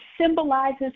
symbolizes